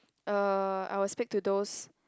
uh I will speak to those